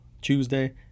Tuesday